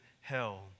hell